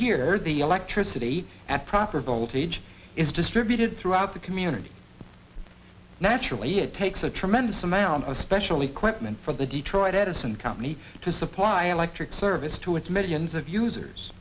here the electricity at proper voltage is distributed throughout the community naturally it takes a tremendous amount of specially quitman for the detroit edison company to supply an electric service to its millions of users